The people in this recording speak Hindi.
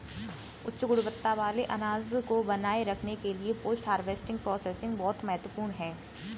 उच्च गुणवत्ता वाले अनाज को बनाए रखने के लिए पोस्ट हार्वेस्ट प्रोसेसिंग बहुत महत्वपूर्ण है